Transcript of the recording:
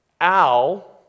Al